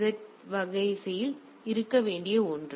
jet வரிசையில் இருக்க வேண்டிய ஒன்று